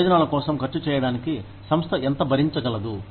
ప్రయోజనాల కోసం ఖర్చు చేయడానికి సంస్థ ఎంత భరించగలదు